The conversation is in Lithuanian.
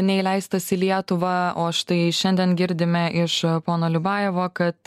neįleistas į lietuvą o štai šiandien girdime iš pono liubajevo kad